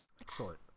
Excellent